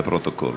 לפרוטוקול.